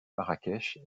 marrakech